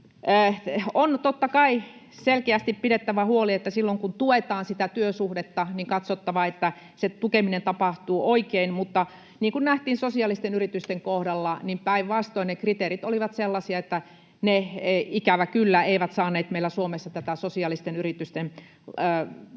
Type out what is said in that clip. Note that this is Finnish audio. On totta kai selkeästi pidettävä huoli, että silloin kun tuetaan sitä työsuhdetta, on katsottava, että se tukeminen tapahtuu oikein, mutta niin kuin nähtiin sosiaalisten yritysten kohdalla, niin päinvastoin ne kriteerit olivat sellaisia, että ne ikävä kyllä eivät saaneet meillä Suomessa tätä sosiaalisten yritysten verkostoa